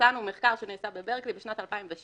שמצאנו מחקר שנעשה בברקלי בשנת 2007